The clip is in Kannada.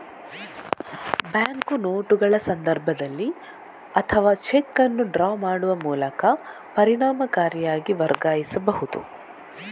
ಬ್ಯಾಂಕು ನೋಟುಗಳ ಸಂದರ್ಭದಲ್ಲಿ ಅಥವಾ ಚೆಕ್ ಅನ್ನು ಡ್ರಾ ಮಾಡುವ ಮೂಲಕ ಪರಿಣಾಮಕಾರಿಯಾಗಿ ವರ್ಗಾಯಿಸಬಹುದು